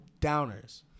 Downers